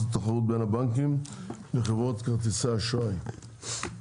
התחרות בין הבנקים לחברות כרטיסי אשראי.